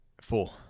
Four